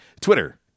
Twitter